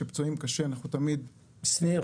שפצועים קשה אנחנו תמיד --- שניר,